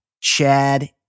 Chad